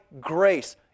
grace